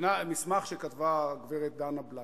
מסמך שכתבה הגברת דנה בלאנדר.